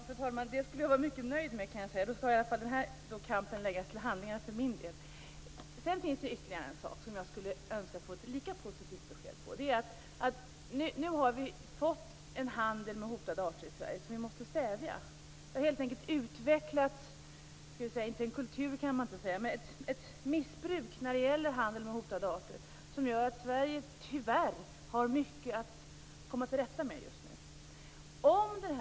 Fru talman! Det skulle jag vara mycket nöjd med. Då kan i alla fall den här kampen läggas till handlingarna för min del. Det finns ytterligare en sak som jag skulle önska att jag kunde få ett lika positivt besked om. Nu har vi fått en handel med hotade arter i Sverige som vi måste stävja. Det har helt enkelt utvecklats inte en kultur, men ett missbruk när det gäller handel med hotade arter, som gör att Sverige tyvärr har mycket att komma till rätta med just nu.